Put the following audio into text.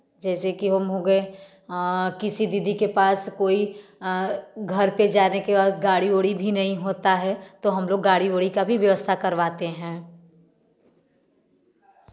जैसे कि हम हो गए किसी दीदी के पास कोई घर पर जाने के वास गाड़ी उड़ी भी नहीं होता है तो हम लोग गाड़ी उड़ी का भी व्यवस्था करवाते हैं